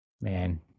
man